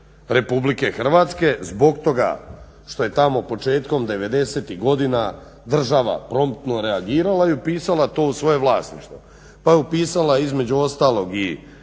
je vlasništvo RH zbog toga što je tamo početkom '90-ih godina država promptno reagirala i upisala to u svoje vlasništvo. Pa je upisala između ostalog i